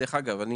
דרך אגב אני